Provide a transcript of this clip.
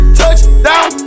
touchdown